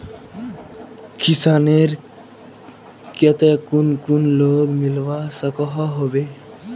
किसानेर केते कुन कुन लोन मिलवा सकोहो होबे?